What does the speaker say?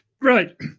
Right